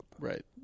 Right